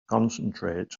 concentrate